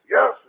Yes